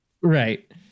Right